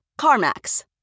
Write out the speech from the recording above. CarMax